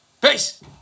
Peace